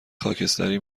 خاکستری